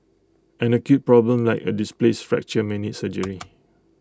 an acute problem like A displaced fracture may need surgery